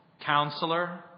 Counselor